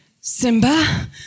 Simba